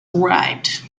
arrived